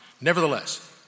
Nevertheless